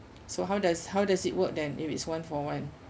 so how does how does it work then if it's one for one